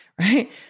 Right